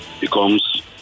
becomes